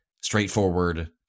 straightforward